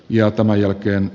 ja tämän jälkeen